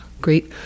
great